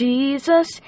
Jesus